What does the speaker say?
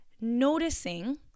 noticing